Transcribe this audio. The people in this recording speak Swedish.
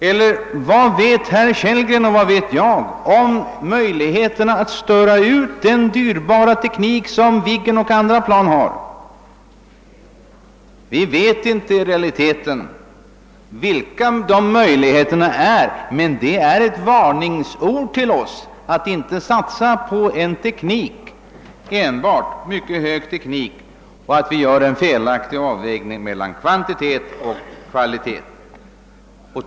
Och vad vet herr Kellgren och jag om möjligheterna att störa ut den dyrbara teknik som Viggen och andra plan har? Vi vet i realiteten inte vilka möjligheter det finns att göra det, men detta faktum bör utgöra en varning till oss att inte satsa enbart på en mycket hög teknik och på så sätt göra en felaktig avvägning mellan kvantitet och kvalitet.